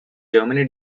germany